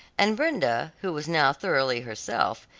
and brenda, who was now thoroughly herself,